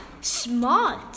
Smart